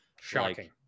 Shocking